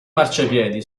marciapiedi